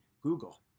Google